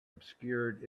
obscured